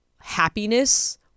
happiness-